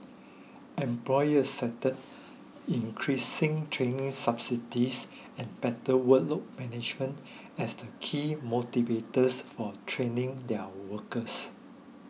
employers cited increased training subsidies and better workload management as the key motivators for training their workers